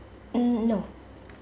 um no